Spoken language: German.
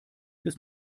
bis